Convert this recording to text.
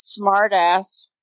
smartass